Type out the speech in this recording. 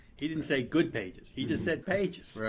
he didn't say good pages. he just said pages.